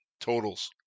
totals